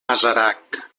masarac